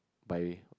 by